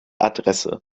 adresse